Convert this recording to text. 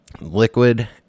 liquid